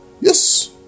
Yes